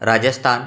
Rajasthan